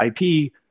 IP